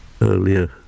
earlier